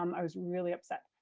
um i was really upset.